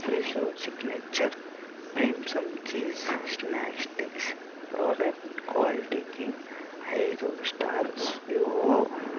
Fresho signature ప్రేమ్సం చేజ్ snack sticks product క్వాలిటీకి ఐదు స్టార్స్ ఇవ్వు